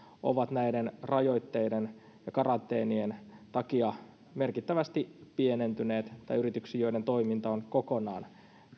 ovat näiden rajoitteiden ja karanteenien takia merkittävästi pienentyneet tai yrityksiin joiden toiminta on kokonaan